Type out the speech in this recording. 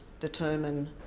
determine